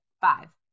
Five